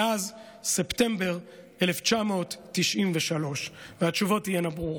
מאז ספטמבר 1993. התשובות תהיינה ברורות.